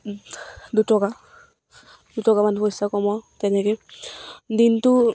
দুটকা দুটকামান পইচা কমাও তেনেকৈ দিনটো